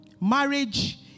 Marriage